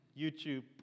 YouTube